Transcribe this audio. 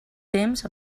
temps